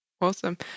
Awesome